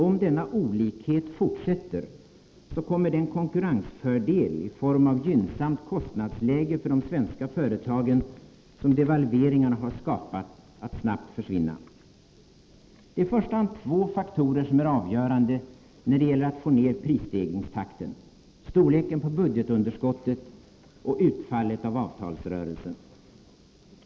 Om denna olikhet fortsätter, så kommer den konkurrensfördel i form av gynnsamt kostnadsläge för de svenska företagen som devalveringarna har skapat att snabbt försvinna. Det är i första hand två faktorer som är avgörande när det gäller att få ned prisstegringstakten, nämligen storleken på budgetunderskottet och utfallet av avtalsrörelsen.